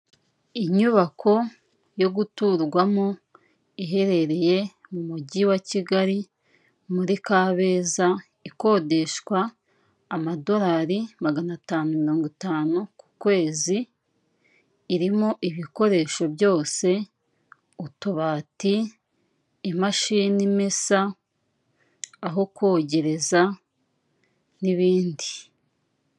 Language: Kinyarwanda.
Inyubako yo guturwamo, iherereye mu mujyi wa Kigali muri Kabeza, ikodeshwa amadorari magana atanu mirongo itanu ku kwezi, irimo ibikoresho byose; utubati, imashini imesa aho kogereza n'ibindi.